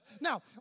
Now